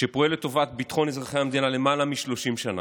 שפועל לטובת אזרחי המדינה למעלה מ-30 שנה.